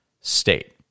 state